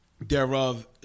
Thereof